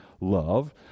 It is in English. love